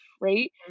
right